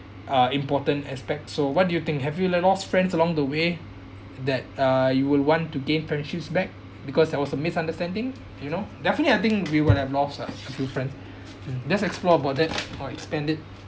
uh important aspect so what do you think have you lo~ lost friends along the way that uh you will want to gain friendships back because there was a misunderstanding you know definitely I think we would have have lost ah a few friends just explore about that or expand it